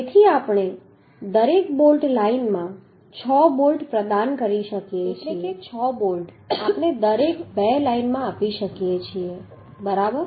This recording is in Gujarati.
તેથી આપણે દરેક બોલ્ટ લાઇનમાં 6 બોલ્ટ પ્રદાન કરી શકીએ છીએ એટલે કે 6 બોલ્ટ આપણે દરેક 2 લાઇનમાં આપી શકીએ છીએ બરાબર